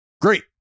great